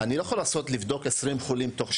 עושה את זה אבל באמת בלי תוספת של תקנים.